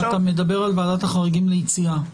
אתה מדבר על ועדת החריגים ליציאה.